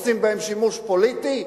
עושים בהן שימוש פוליטי?